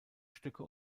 stücke